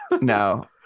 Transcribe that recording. No